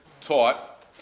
taught